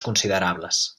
considerables